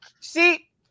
see